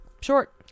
short